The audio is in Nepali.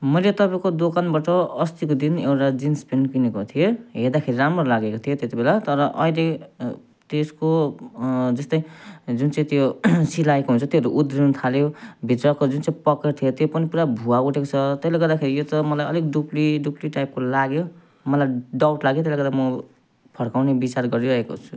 मैले तपाईँको दोकानबाट अस्तिको दिन एउटा जिन्स प्यान्ट किनेको थिएँ हेर्दाखेरि राम्रो लागेको थियो त्यति बेला तर अहिले त्यसको जस्तै जुन चाहिँ त्यो सिलाएको हुन्छ त्योहरू उध्रनु थाल्यो भित्रको जुन चाहिँ पकड थियो त्यो पनि पुरा भुवा उठेको छ त्यसले गर्दाखेरि यो त मलाई अलिक डुप्ली डुप्ली टाइपको लाग्यो मलाई डाउट लाग्यो त्यसले गर्दा म फर्काउने विचार गरिरहेको छु